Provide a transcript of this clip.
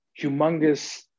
humongous